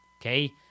okay